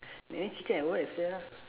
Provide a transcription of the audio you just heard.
Nene chicken at where sia